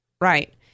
Right